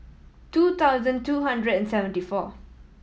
two thousand two hundred and seventy four